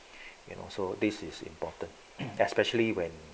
you know so this is important especially when